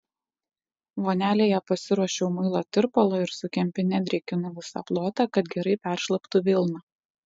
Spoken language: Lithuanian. vonelėje pasiruošiau muilo tirpalo ir su kempine drėkinu visą plotą kad gerai peršlaptų vilna